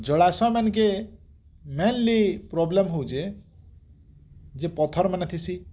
ଜଳାଶୟ ମାନଙ୍କେ mainly problem ହଉଛି ଯେ ପଥରମାନେ ଥିସି